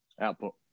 Output